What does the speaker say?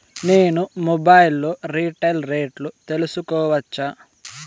నేను మొబైల్ లో రీటైల్ రేట్లు తెలుసుకోవచ్చా?